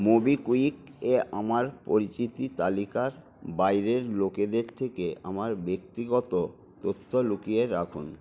মোবিক্যুইকে আমার পরিচিতি তালিকার বাইরের লোকেদের থেকে আমার ব্যক্তিগত তথ্য লুকিয়ে রাখুন